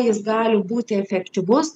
jis gali būti efektyvus